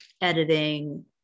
editing